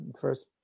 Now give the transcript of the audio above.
First